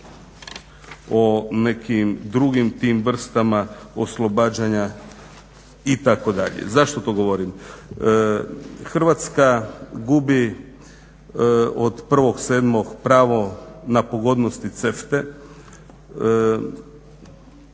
o nekim drugim nekim tim vrstama oslobađanja itd.. Zašto to govorim? Hrvatska gubi od 1. 7. pravo na pogodnosti